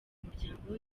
muryango